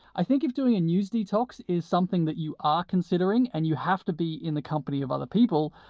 i think if doing a news detox is something that you are considering, and you have to be in the company of other people,